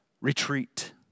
retreat